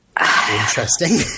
Interesting